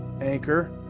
anchor